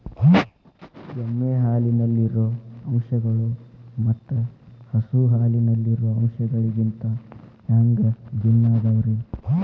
ಎಮ್ಮೆ ಹಾಲಿನಲ್ಲಿರೋ ಅಂಶಗಳು ಮತ್ತ ಹಸು ಹಾಲಿನಲ್ಲಿರೋ ಅಂಶಗಳಿಗಿಂತ ಹ್ಯಾಂಗ ಭಿನ್ನ ಅದಾವ್ರಿ?